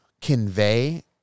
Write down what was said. convey